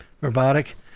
Robotic